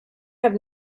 have